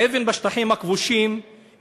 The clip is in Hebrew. האבן בשטחים הכבושים,